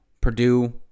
Purdue